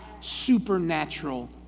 supernatural